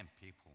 people